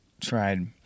tried